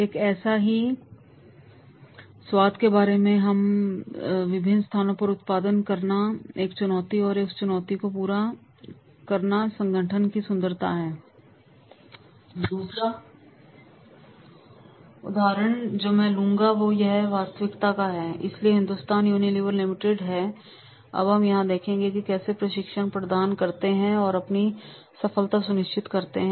एक ही स्वाद के साथ विभिन्न स्थानों पर उत्पादन करना एक चुनौती है और उस चुनौती को पूरा करना संगठन की सुंदरता है दूसरा उदाहरण जो मैं लेना चाहूंगा और वह वास्तविकता का है इसलिए हिंदुस्तान यूनिलीवर लिमिटेड हैअब हम यहां देखेंगे कि वे कैसे प्रशिक्षण प्रदान करते हैं और अपनी सफलता सुनिश्चित करते हैं